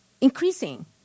increasing